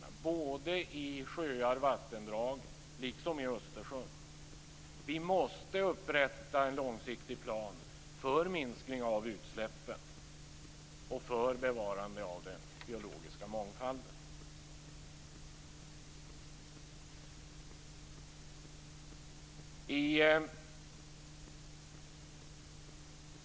Det gäller såväl sjöar och vattendrag som Östersjön. Vi måste upprätta en långsiktig plan för minskning av utsläppen och för bevarande av den biologiska mångfalden.